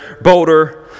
bolder